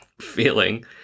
feeling